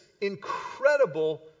incredible